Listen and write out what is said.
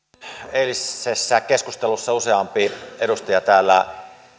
eilisessä keskustelussa useampi edustaja täällä